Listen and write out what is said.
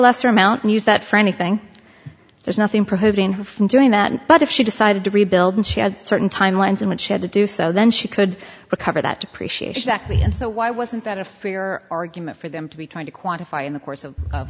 lesser amount and use that for anything there's nothing preventing her from doing that but if she decided to rebuild and she had certain timelines in which she had to do so then she could recover that depreciation actually and so why wasn't that a freer argument for them to be trying to quantify in the course of